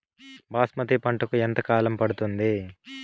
బాస్మతి పంటకు ఎంత కాలం పడుతుంది?